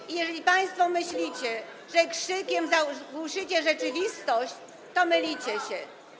I jeżeli państwo myślicie, że krzykiem zagłuszycie rzeczywistość, to mylicie się.